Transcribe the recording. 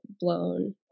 blown